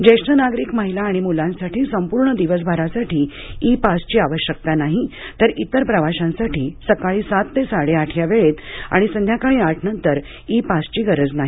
ज्येष्ठ नागरिक महिला आणि मुलांसाठी संपूर्ण दिवसभरासाठी इ पासची आवश्यकता नाही तर इतर प्रवाशांसाठी सकाळी सात ते साडे आठ या वेळेत आणि संध्याकाळी आठ नंतर इ पासची गरज नाही